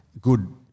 good